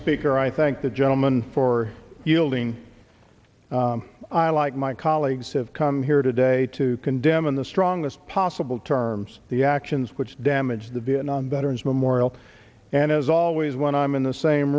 speaker i thank the gentleman for yielding i like my colleagues have come here today to condemn in the strongest possible terms the actions which damaged the vietnam veterans memorial and as always when i'm in the same